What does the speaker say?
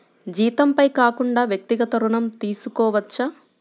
జీతంపై కాకుండా వ్యక్తిగత ఋణం తీసుకోవచ్చా?